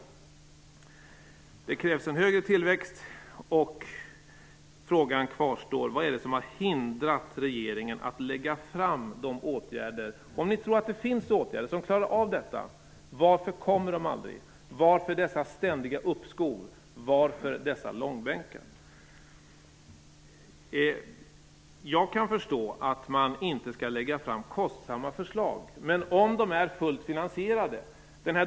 Det krävs en högre tillväxt. Frågan kvarstår: Vad är det som har hindrat regeringen att lägga fram förslag till åtgärder som klarar av detta? Om ni tror att det finns sådana, varför kommer de aldrig? Varför dessa ständiga uppskov? Varför dessa långbänkar? Jag kan förstå att man inte skall lägga fram kostsamma förslag som inte är fullt finansierade.